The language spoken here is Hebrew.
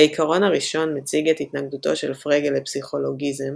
העיקרון הראשון מציג את התנגדותו של פרגה לפסיכולוגיזם,